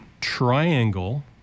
triangle